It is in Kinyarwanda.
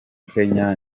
kenya